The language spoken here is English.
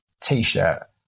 T-shirt